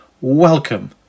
welcome